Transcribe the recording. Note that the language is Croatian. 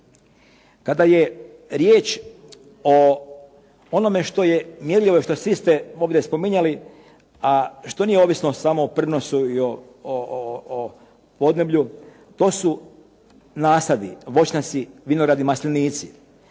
Kada je riječ o onome što je mjerljivo i što ste svi ovdje spominjali, a što nije ovisno samo o prinosu i podneblju, to su nasadi. Voćnjaci, vinogradi, maslinici.